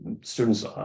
students